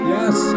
Yes